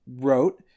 wrote